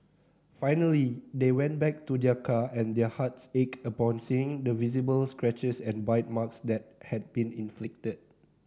finally they went back to their car and their hearts ached upon seeing the visible scratches and bite marks that had been inflicted